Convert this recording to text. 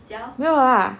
没有 lah